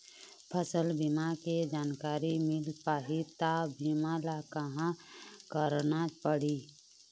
फसल बीमा के जानकारी मिल पाही ता बीमा ला कहां करना पढ़ी?